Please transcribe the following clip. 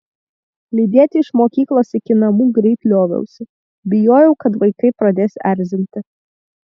lydėti iš mokyklos iki namų greit lioviausi bijojau kad vaikai pradės erzinti